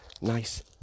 nice